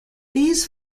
these